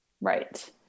right